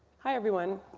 hi everyone.